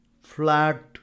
flat